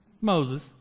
Moses